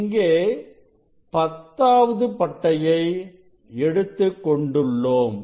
இங்கே பத்தாவது பட்டையை எடுத்துக் கொண்டுள்ளோம்